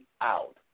out